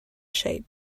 shape